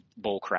bullcrap